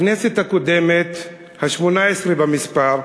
הכנסת הקודמת, השמונה-עשרה במספר,